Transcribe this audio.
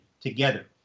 together